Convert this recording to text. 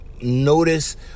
notice